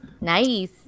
Nice